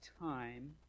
time